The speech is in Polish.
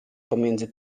pomiędzy